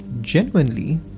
genuinely